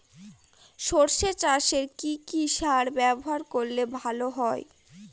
সর্ষে চাসে কি কি সার ব্যবহার করলে ভালো হয়?